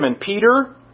Peter